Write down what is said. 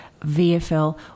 VFL